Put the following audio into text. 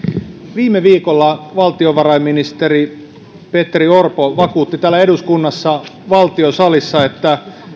viime viikolla valtiovarainministeri petteri orpo vakuutti täällä eduskunnassa valtiosalissa että